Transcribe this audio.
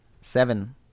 seven